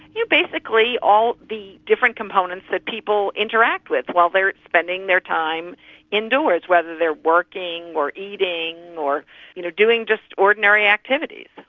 yeah basically all the different components that people interact with while they are spending their time indoors, whether they're working or eating or you know doing just ordinary activities.